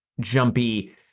jumpy